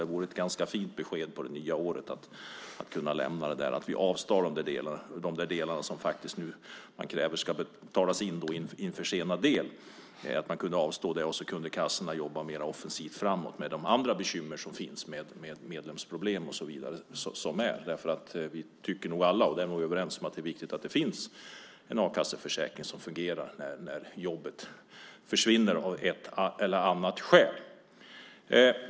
Det vore ett besked att lämna på det nya året att vi avstår de där delarna som man kräver ska betalas in i en försenad del. Man kan avstå det så kan kassorna jobba mer offensivt framåt med de andra bekymmer som finns när det gäller medlemmar och så vidare. Vi tycker nog alla - där tror jag att vi är överens - att det är viktigt att det finns en a-kasseförsäkring som fungerar när jobbet av ett eller annat skäl försvinner.